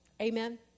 Amen